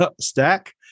stack